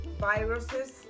viruses